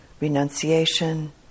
renunciation